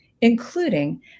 including